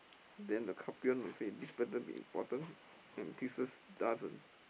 then the Capricorn will say this better be important and Pisces doesn't